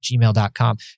gmail.com